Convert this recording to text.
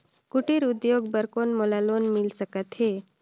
कुटीर उद्योग बर कौन मोला लोन मिल सकत हे?